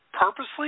Purposely